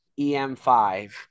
EM5